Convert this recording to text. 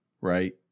right